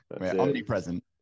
omnipresent